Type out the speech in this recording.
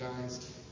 guys